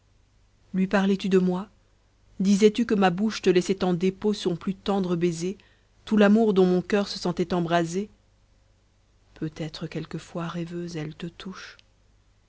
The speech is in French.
lui parlais tu de moi disais-tu que ma bouche te laissait en dépôt son plus tendre baiser tout l'amour dont mon coeur se sentait embraser peut-être quelquefois rêveuse elle te touche